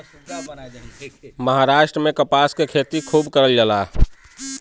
महाराष्ट्र में कपास के खेती खूब करल जाला